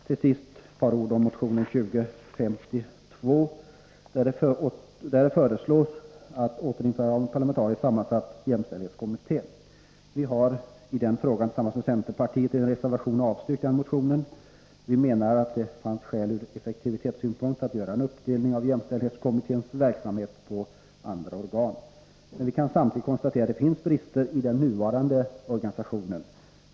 Till sist: I motion 2052 föreslås återinförande av en parlamentariskt sammansatt jämställdhetskommitté. I den frågan har vi gemensamt med centerpartiet i en reservation avstyrkt motionen. Vi menar att det fanns skäl ur effektivitetssynpunkt att göra en uppdelning av jämställdhetskommittens verksamhet på andra organ. Men vi kan samtidigt konstatera att det finns brister i den nuvarande organisationen.